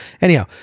anyhow